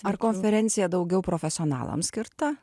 ar konferencija daugiau profesionalam skirta